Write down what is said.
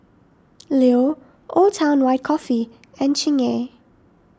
Leo Old Town White Coffee and Chingay